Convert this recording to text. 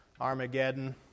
Armageddon